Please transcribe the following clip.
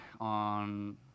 on